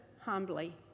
humbly